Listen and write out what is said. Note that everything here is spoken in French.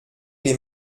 les